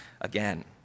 again